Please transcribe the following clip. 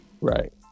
Right